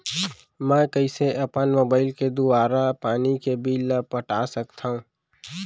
मैं कइसे अपन मोबाइल के दुवारा पानी के बिल ल पटा सकथव?